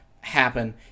happen